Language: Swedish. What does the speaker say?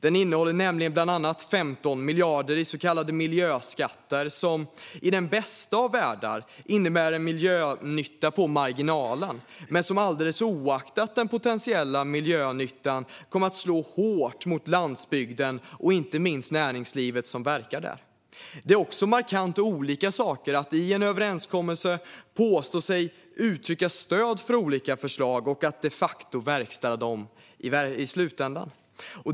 Den innehåller nämligen bland annat 15 miljarder i så kallade miljöskatter som i den bästa av världar innebär en miljönytta på marginalen men som alldeles oavsett den potentiella miljönyttan kommer att slå hårt mot landsbygden och inte minst mot det näringsliv som verkar där. Det är också markant olika saker att i en överenskommelse påstå sig uttrycka stöd för olika förslag och att de facto verkställa dem i slutändan.